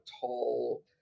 tall